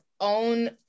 own